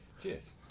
Cheers